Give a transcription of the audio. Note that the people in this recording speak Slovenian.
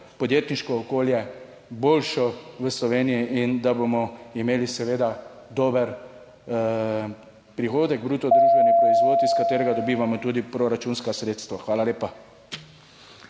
podjetniško okolje boljše v Sloveniji in da bomo imeli seveda dober prihodek. Bruto družbeni proizvod, / znak za konec razprave/ iz katerega dobivamo tudi proračunska sredstva. Hvala lepa.